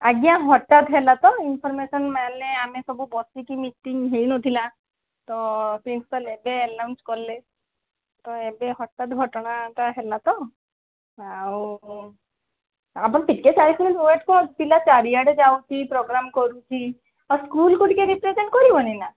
ଆଜ୍ଞା ହଠାତ୍ ହେଲା ତ ଇନଫର୍ମେସନ୍ ମାନେ ଆମେ ସବୁ ବସିକି ମିଟିଂ ହେଇନଥିଲା ତ ପ୍ରିନ୍ସିପାଲ୍ ଏବେ ଆନାଉନ୍ସ୍ କଲେ ତ ଏବେ ହଠାତ୍ ଘଟଣାଟା ହେଲା ତ ଆଉ ଆପଣ ଟିକେ ଚାଳିଶି ମିନିଟ୍ ୱେଟ୍ କରନ୍ତୁ ପିଲା ଚାରିଆଡ଼େ ଯାଉଛି ପ୍ରୋଗ୍ରାମ୍ କରୁଛି ଆଉ ସ୍କୁଲ୍କୁ ଟିକେ ରିପ୍ରେଜେଣ୍ଟ୍ କରିବନି ନା